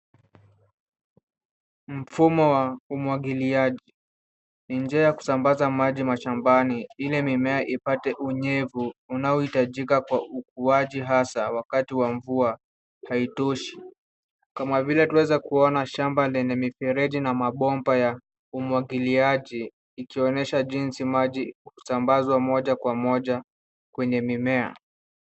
Mfumo wa umwagiliaji ni njia ya kusambaza maji mashambani ili mimea ipate unyevu inayohitajika kwa ukuaji hasa wakati wa mvua haitoshi kama vile tunaweza kuona shamba lenye mifereji na mabomba ya umwagiliaji ikionyesha jinsi maji husambazwa moja kwa moja kwenye mimea.